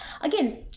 Again